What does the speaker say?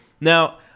Now